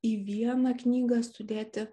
į vieną knygą sudėti